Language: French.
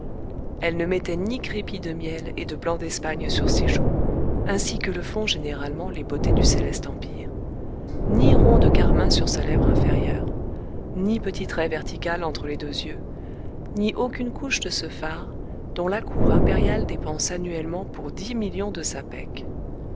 elle ne mettait ni crépi de miel et de blanc d'espagne sur ses joues ainsi que le font généralement les beautés du céleste empire ni rond de carmin sur sa lèvre inférieure ni petite raie verticale entre les deux yeux ni aucune couche de ce fard dont la cour impériale dépense annuellement pour dix millions de